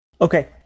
Okay